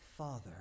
Father